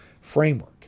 framework